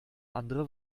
andere